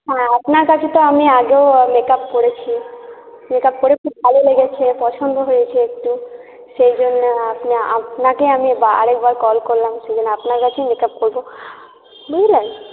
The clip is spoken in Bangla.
হ্যাঁ আপনার কাছে তো আমি আগেও মেকআপ করেছি মেকআপ করে খুব ভালো লেগেছে পছন্দ হয়েছে একটু সেই জন্য আপনা আপনাকে আমি আরেকবার কল করলাম সেজন্য আপনার কাছে মেকআপ করব বুঝলেন